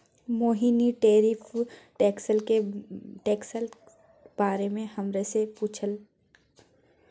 मोहिनी tariff टैक्सक बारे मे हमरा सँ पुछलक